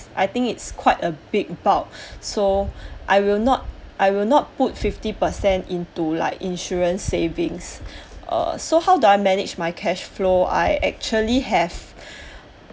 I think it's quite a big bulk so I will not I will not put fifty percent into like insurance savings uh so how do I manage my cash flow I actually have